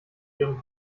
ihrem